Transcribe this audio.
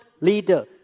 leader